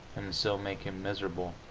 and so make him miserable.